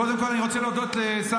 קודם כול, אני רוצה להודות לשר